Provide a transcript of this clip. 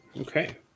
Okay